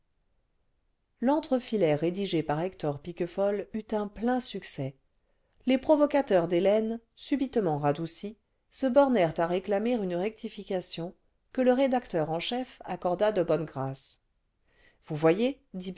l'entrefilet rédigé par hector piquefol eut un plein succès les provocateurs d'hélène subitement radoucis se bornèrent à réclamer une rectification que le rédacteur en chef accorda de bonne grâce vous voyez